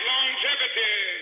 Longevity